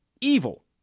evil